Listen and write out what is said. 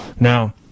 Now